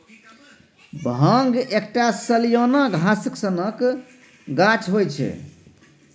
भांग एकटा सलियाना घास सनक गाछ होइ छै